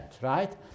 right